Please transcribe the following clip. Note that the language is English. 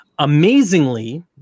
amazingly